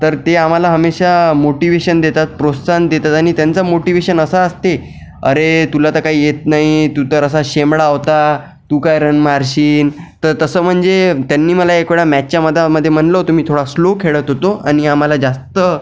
तर ते आम्हाला हमेशा मोटिवेशन देतात प्रोत्साहन देतात आणि त्यांचं मोटिवेशन असं असते अरे तुला तर काही येत नाही तू तर असा शेंबडा होता तू काय रन मारशीन तर तसं म्हणजे त्यांनी मला एक वेळा मॅचच्या मधामध्ये म्हणलं होतं मी थोडा स्लो खेळत होतो आणि आम्हाला जास्त